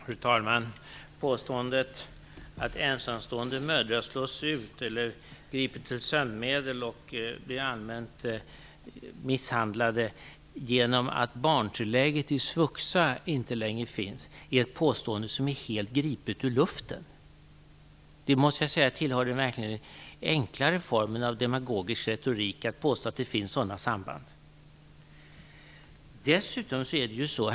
Fru talman! Påståendet att ensamstående mödrar slås ut, griper till sömnmedel och blir allmänt misshandlade genom att barntillägget i svuxa inte längre finns är helt gripet ur luften. Jag måste säga att det tillhör den enklare formen av demagogisk retorik att påstå att det finns sådana samband.